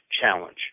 challenge